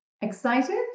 excited